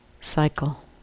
cycle